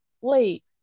wait